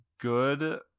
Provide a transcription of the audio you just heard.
good